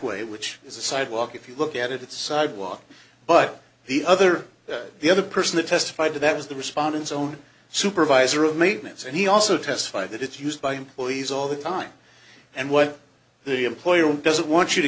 way which is a sidewalk if you look at it it's sidewalk but the other the other person that testified to that was the respondents own supervisor of maintenance and he also testified that it's used by employees all the time and what the employer doesn't want you to